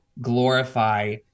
glorify